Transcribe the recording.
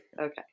Okay